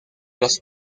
los